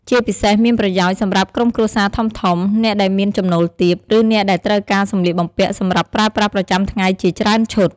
ជាពិសេសមានប្រយោជន៍សម្រាប់ក្រុមគ្រួសារធំៗ អ្នកដែលមានចំណូលទាប ឬអ្នកដែលត្រូវការសម្លៀកបំពាក់សម្រាប់ប្រើប្រាស់ប្រចាំថ្ងៃជាច្រើនឈុត។